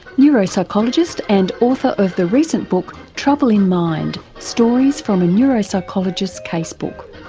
neuropsychologist and author of the recent book trouble in mind stories from a neuropsychologist's casebook.